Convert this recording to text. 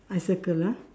I circle ah